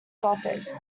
gothic